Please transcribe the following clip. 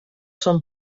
són